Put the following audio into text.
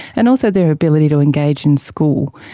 and also their ability to engage in school.